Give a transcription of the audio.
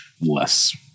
less